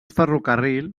ferrocarril